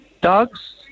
dogs